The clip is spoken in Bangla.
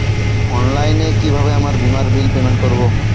অনলাইনে কিভাবে আমার বীমার বিল পেমেন্ট করবো?